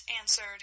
answered